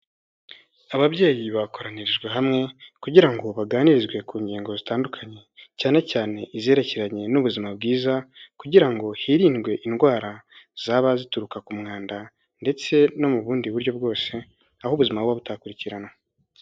Ababyeyi bakoranirijwe hamwe kugira ngo baganirizwe ku ngingo zitandukanye. Cyane cyane izerekeranye n'ubuzima bwiza kugira ngo hirindwe indwara zaba zituruka ku mwanda ndetse no mu bundi buryo bwose ahubwo ubuzima buba butakurikiranwa.